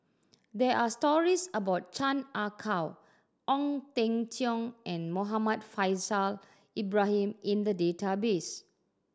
there are stories about Chan Ah Kow Ong Teng Cheong and Muhammad Faishal Ibrahim in the database